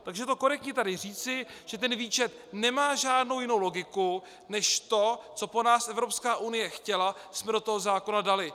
Takže korektně tady říci, že ten výčet nemá žádnou jinou logiku než že to, co po nás Evropská unie chtěla, jsme do toho zákona dali.